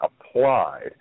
applied